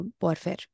warfare